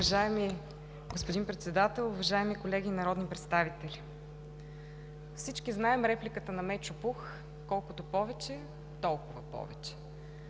Уважаеми господин Председател, уважаеми колеги народни представители! Всички знаем репликата на Мечо Пух: „Колкото повече, толкова повече“.